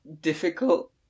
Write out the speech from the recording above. difficult